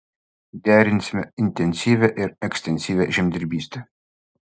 derinsime intensyvią ir ekstensyvią žemdirbystę